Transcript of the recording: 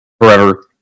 forever